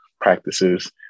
practices